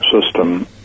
system